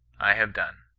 i have done.